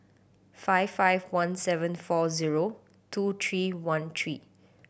five five one seven four zero two three one three